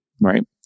right